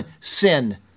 sin